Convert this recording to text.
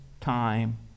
time